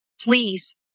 Please